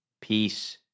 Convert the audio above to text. peace